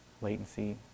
latency